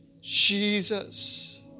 Jesus